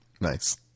Nice